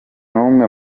numwe